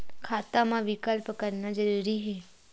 खाता मा विकल्प करना जरूरी है?